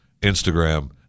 Instagram